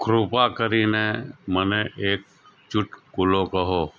કૃપા કરીને મને એક ચૂટકુલો કહો